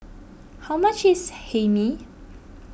how much is Hae Mee